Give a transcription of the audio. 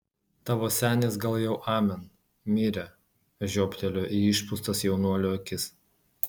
tavo senis gal jau amen mirė žiobtelėjo į išpūstas jaunuolio akis